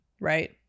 right